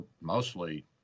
mostly